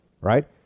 Right